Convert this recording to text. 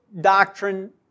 doctrine